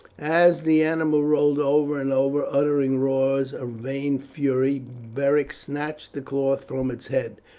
as the animal rolled over and over uttering roars of vain fury, beric snatched the cloth from its head,